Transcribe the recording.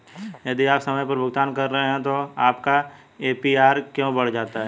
यदि आप समय पर भुगतान कर रहे हैं तो आपका ए.पी.आर क्यों बढ़ जाता है?